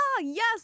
Yes